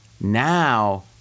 Now